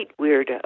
weirdo